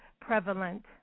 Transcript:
prevalent